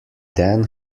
then